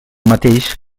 mateix